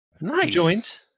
nice